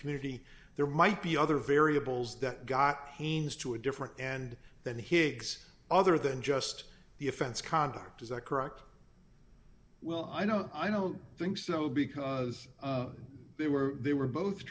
community there might be other variables that got haynes to a different and then higgs other than just the offense conduct is that correct well i no i don't think so because they were they were both